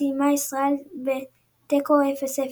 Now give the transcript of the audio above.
סיימה ישראל בתיקו 0 - 0.